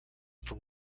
from